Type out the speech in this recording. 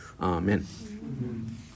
Amen